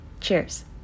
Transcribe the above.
cheers